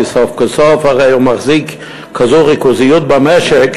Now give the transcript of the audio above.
כי סוף כל סוף הרי הוא מחזיק כזו ריכוזיות במשק,